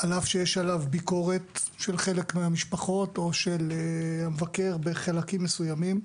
על-אף שיש עליו ביקורת של חלק מהמשפחות או של המבקר בחלקים מסוימים,